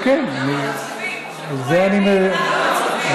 כן כן, על זה אני מדבר.